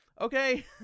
okay